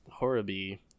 Horobi